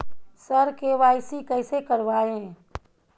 sir KYC कैसे करवाएं